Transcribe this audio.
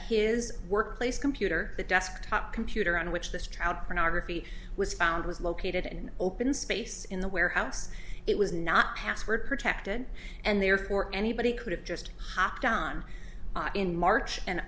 his workplace computer the desktop computer on which this trout pornography was found was located in an open space in the warehouse it was not password protected and therefore anybody could have just hopped on in march and